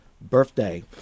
Birthday